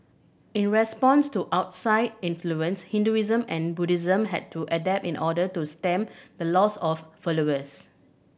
in response to outside influence Hinduism and Buddhism had to adapt in order to stem the loss of followers